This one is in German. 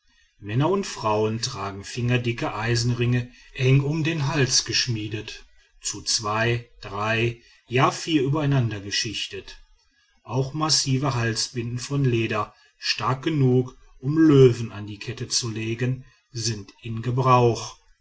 männer und frauen tragen fingerdicke eisenringe eng um den hals geschmiedet zu zwei drei ja vier übereinandergeschichtet auch massive halsbinden von leder stark genug um löwen an die kette zu legen sind in gebrauch